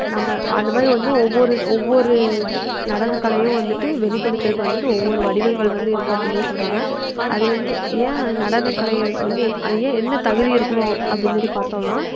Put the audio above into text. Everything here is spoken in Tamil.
நம்ம அந்த மாதிரி வந்து ஒவ்வொரு ஒவ்வொரு நடனக்கலையும் வந்துட்டு வெளிப்படுத்துகிறதுக்கு வந்துட்டு ஒவ்வொரு வடிவங்கள் வந்து இருக்குது அப்படினு தான் சொல்கிறாங்க அது வந்து ஏன் நடனக்கலைகளுக்கு வந்து அது ஏன் என்ன தகுதி இருக்கணும் அப்படினு சொல்லி பார்த்தோம்னா